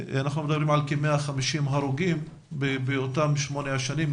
אנחנו מדברים על כ-150 הרוגים באותן שמונה שנים,